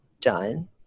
done